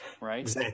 right